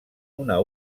una